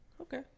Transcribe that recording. Okay